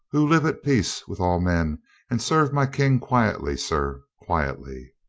who live at peace with all men and serve my king quietly, sir, quietly.